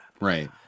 Right